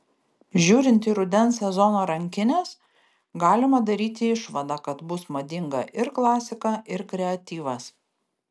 žiūrint į rudens sezono rankines galima daryti išvadą kad bus madinga ir klasika ir kreatyvas